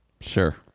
Sure